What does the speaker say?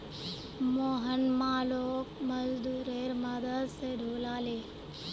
मोहन मालोक मजदूरेर मदद स ढूला ले